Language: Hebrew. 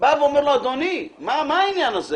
אומר לו: מה זה?